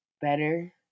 better